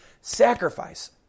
sacrifice